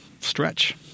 stretch